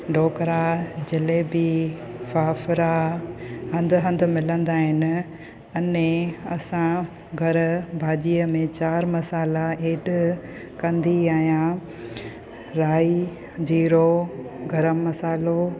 ढोकला जलेबी फाफड़ा हंधु हंधु मिलंदा आहिनि अने असां घर भाॼीअ में चारि मसाला हेठि कंदी आहियां राइ जीरो गरम मसालो